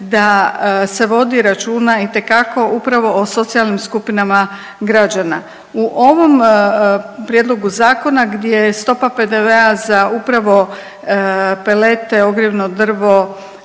da se vodi računa itekako upravo o socijalnim skupinama građana. U ovom prijedlogu zakona gdje je stopa PDV-a za upravo pelete, ogrjevno drvo,